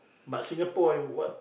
but Singapore uh what